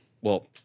well-